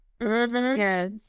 yes